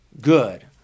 good